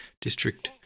district